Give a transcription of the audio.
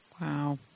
Wow